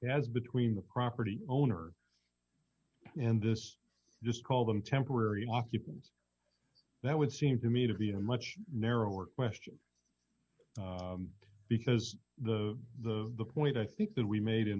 as between the property owner and this just call them temporary occupants that would seem to me to be a much narrower question because the the the point i think that we made in